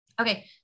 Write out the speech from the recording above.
okay